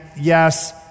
yes